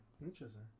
Interesting